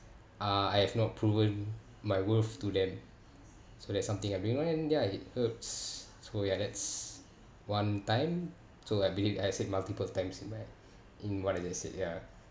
uh I have not proven my worth to them so that's something I been it hurt so ya that's one time so I believe I said multiple times in that in what I just said ya